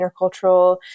intercultural